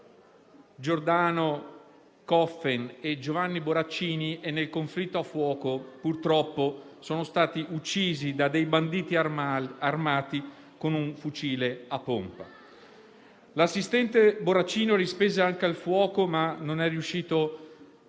Giordano Coffen e Giovanni Borraccino, e nel conflitto a fuoco purtroppo sono stati uccisi da banditi armati con un fucile a pompa. L'assistente Borraccino rispose anche al fuoco, ma è stato